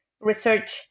research